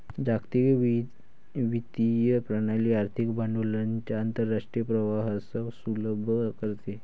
जागतिक वित्तीय प्रणाली आर्थिक भांडवलाच्या आंतरराष्ट्रीय प्रवाहास सुलभ करते